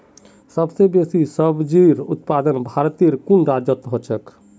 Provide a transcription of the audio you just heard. सबस बेसी सब्जिर उत्पादन भारटेर कुन राज्यत ह छेक